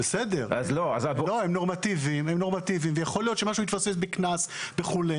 הם נורמטיביים ויכול להיות שמשהו מתפספס בקנס וכו',